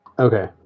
Okay